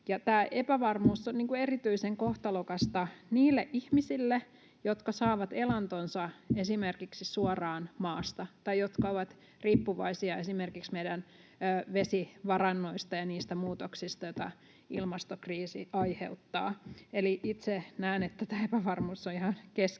tämä epävarmuus on erityisen kohtalokasta niille ihmisille, jotka saavat elantonsa esimerkiksi suoraan maasta tai jotka ovat riippuvaisia esimerkiksi meidän vesivarannoista ja niistä muutoksista, joita ilmastokriisi aiheuttaa. Eli itse näen, että tämä epävarmuus on ihan keskeinen